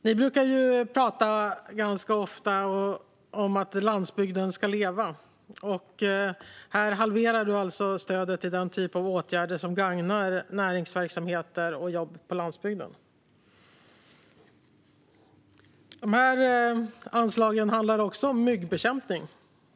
Ni brukar ganska ofta tala om att landsbygden ska leva. Här halverar ni alltså stödet till den typ av åtgärder som gagnar näringsverksamheter och jobb på landsbygden. Ett anslag handlar också om myggbekämpning.